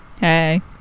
Hey